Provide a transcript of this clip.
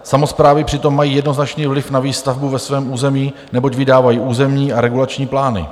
Samosprávy přitom mají jednoznačný vliv na výstavbu ve svém území, neboť vydávají územní a regulační plány.